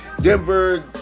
Denver